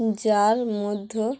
যার মধ্যে